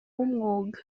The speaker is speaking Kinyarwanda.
w’umwuga